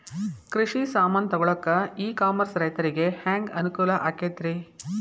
ಕೃಷಿ ಸಾಮಾನ್ ತಗೊಳಕ್ಕ ಇ ಕಾಮರ್ಸ್ ರೈತರಿಗೆ ಹ್ಯಾಂಗ್ ಅನುಕೂಲ ಆಕ್ಕೈತ್ರಿ?